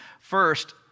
First